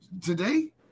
today